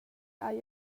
hai